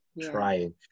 trying